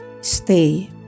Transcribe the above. stay